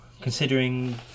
considering